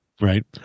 right